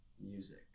music